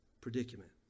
predicament